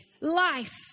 life